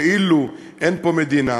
כאילו אין פה מדינה,